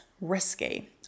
risky